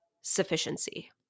sufficiency